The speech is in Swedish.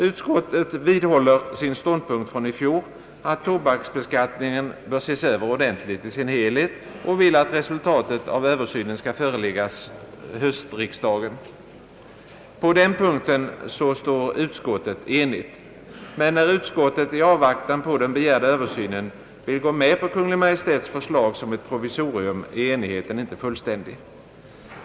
Utskottet vidhåller sin ståndpunkt från i fjol, att tobaksbeskattningen bör ses över ordentligt i sin helhet och att resultatet av översynen skall föreläggas höstriksdagen. På den punkten står utskottet enigt. Men när utskottet i avvaktan på den begärda översynen vill gå med på Kungl. Maj:ts förslag som ett provisorium, är enigheten inte fullständig.